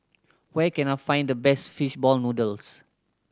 where can I find the best fish ball noodles